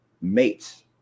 mates